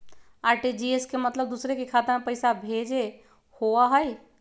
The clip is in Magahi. आर.टी.जी.एस के मतलब दूसरे के खाता में पईसा भेजे होअ हई?